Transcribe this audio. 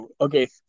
Okay